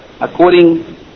according